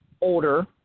older